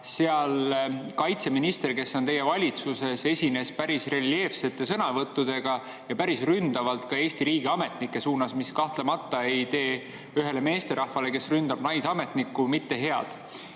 seal kaitseminister, kes on teie [erakonnast], esines seal päris reljeefsete sõnavõttudega ja päris ründavalt Eesti riigiametnike suunas, mis kahtlemata ei tee ühele meesterahvale, kes ründab naisametnikku, mitte head.